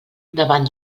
davant